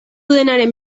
denaren